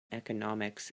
economics